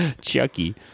Chucky